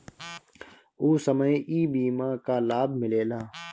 ऊ समय ई बीमा कअ लाभ मिलेला